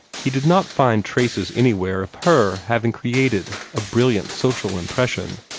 he did not find traces anywhere of her having created a brilliant social impression.